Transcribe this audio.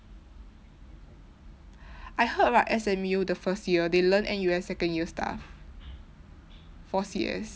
I heard right S_M_U the first year they learn N_U_S second year stuff for C_S